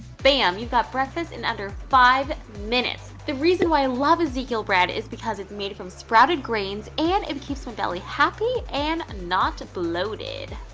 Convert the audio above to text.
bam! you've got breakfast in under five minutes. the reason why i love ezekiel bread is because it's made from sprouted grains and it keeps my belly happy and not bloated.